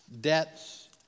debts